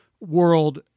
world